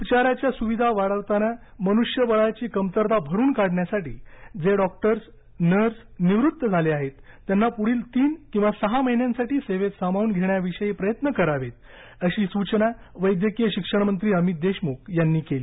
उपचाराच्या सुविधा वाढविताना मनुष्यबळाची कमतरता भरून काढण्यासाठी जे डॉक्टर्स नर्स निवृत्त झाले आहेत त्यांना पूढील तीन किंवा सहा महिन्यांसाठी सेवेत सामावून घेण्याविषयी प्रयत्न करावेत अशी सुचना वैद्यकीय शिक्षणमंत्री अमित देशमुख यांनी केली